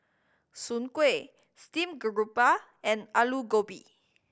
soon kway steamed garoupa and Aloo Gobi